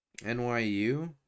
NYU